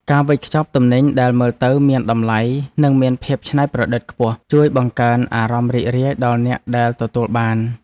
ការវេចខ្ចប់ទំនិញដែលមើលទៅមានតម្លៃនិងមានភាពច្នៃប្រឌិតខ្ពស់ ជួយបង្កើនអារម្មណ៍រីករាយដល់អ្នកដែលទទួលបាន។